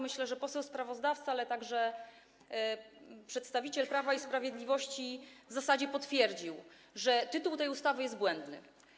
Myślę, że zarówno poseł sprawozdawca, jak i przedstawiciel Prawa i Sprawiedliwości w zasadzie potwierdzili, że tytuł tej ustawy jest błędny.